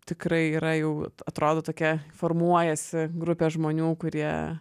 tikrai yra jau atrodo tokia formuojasi grupė žmonių kurie